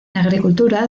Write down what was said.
agricultura